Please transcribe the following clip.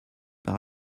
par